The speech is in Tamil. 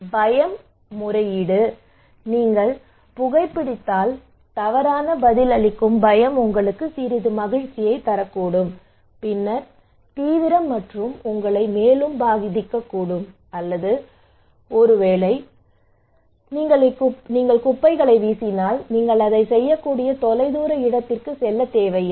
பயம் முறையீடு நீங்கள் புகைபிடித்தால் தவறான பதிலளிக்கும் பயம் உங்களுக்கு சிறிது மகிழ்ச்சியைத் தரக்கூடும் பின்னர் தீவிரம் மற்றும் உங்களை மேலும் பாதிக்கக்கூடும் அல்லது ஒருவேளை நீங்கள் குப்பைகளை வீசினால் நீங்கள் அதை செய்யக்கூடிய தொலைதூர இடத்திற்கு செல்ல தேவையில்லை